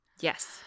Yes